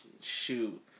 shoot